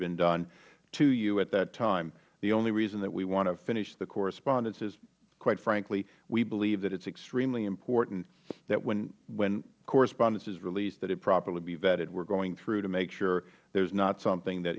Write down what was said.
been done to you at that time the only reason that we want to finish the correspondence is quite frankly we believe that it is extremely important that when correspondence is released that it properly be vetted we are going through to make sure there is not something that